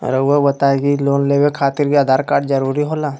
रौआ बताई की लोन लेवे खातिर आधार कार्ड जरूरी होला?